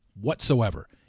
whatsoever